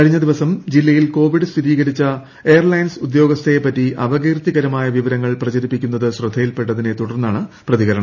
കഴിഞ്ഞ ദിവസം ജില്ലയിൽ കോവിഡ് സ്ഥിരീകരിച്ച എയർലൈൻസ് ഉദ്യോഗസ്ഥയെ പറ്റി അപകീർത്തികരമായ വിവരങ്ങൾ പ്രചരിപ്പിക്കുന്നത് ശ്രദ്ധയിൽപ്പെട്ടതിനെ തുടർന്നാണ് പ്രതികരണം